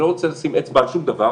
אני לא רוצה לשים אצבע על שום דבר,